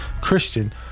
Christian